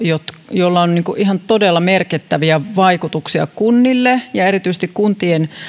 joilla on ihan todella merkittäviä vaikutuksia kuntiin ja erityisesti kuntien